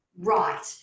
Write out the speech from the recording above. right